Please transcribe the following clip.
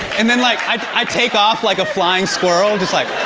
and then like, i take off like a flying squirrel. just like